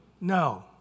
No